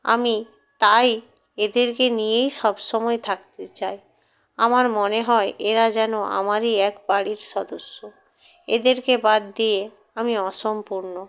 আমি তাই এদেরকে নিয়েই সবসময় থাকতে চাই আমার মনে হয় এরা যেন আমারই এক বাড়ির সদস্য এদেরকে বাদ দিয়ে আমি অসম্পূর্ণ